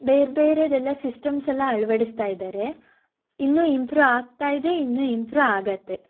ಬೇರೆ ಬೇರೆದೆಲ್ಲ ಸಿಸ್ಟಮ್ಸೆಲ್ಲ ಅಳವಡಿಸ್ತಾ ಇದ್ದಾರೆ ಇನ್ನೂ ಇಂಪ್ರೂವ್ ಆಗ್ತಾ ಇದೆ ಇನ್ನೂ ಇಂಪ್ರೂವ್ ಆಗತ್ತೆ